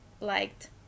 liked